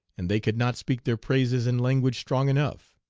and they could not speak their praises in language strong enough.